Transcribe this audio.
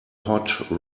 hot